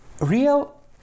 Real